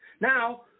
Now